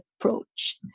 approach